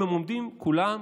אם הם עומדים כולם,